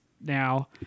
now